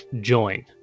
join